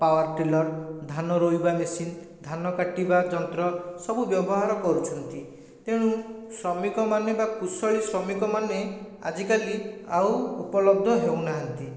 power tiller ଧାନ ରୋଇବା machine ଧାନ କାଟିବା ଯନ୍ତ୍ର ସବୁ ବ୍ୟବହାର କରୁଛନ୍ତି ତେଣୁ ଶ୍ରମିକମାନେ ବା କୁଶଳୀ ଶ୍ରମିକମାନେ ଆଜିକାଲି ଆଉ ଉପଲବ୍ଧ ହେଉନାହାଁନ୍ତି